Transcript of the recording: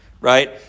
right